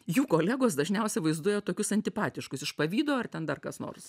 jų kolegos dažniausiai vaizduoja tokius antipatiškus iš pavydo ar ten dar kas nors